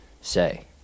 say